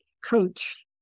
Coach